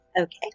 okay